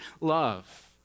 love